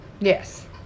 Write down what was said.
Yes